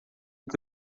que